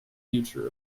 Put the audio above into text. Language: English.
future